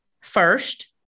first